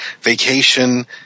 Vacation